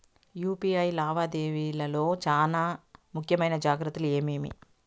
UPI లావాదేవీల లో చానా ముఖ్యమైన జాగ్రత్తలు ఏమేమి?